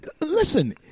Listen